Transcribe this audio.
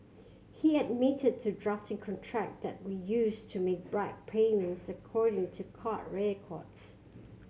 he admitted to drafting contract that we used to make bribe payments according to court records